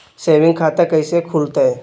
Saving खाता कैसे खुलतई?